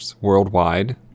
worldwide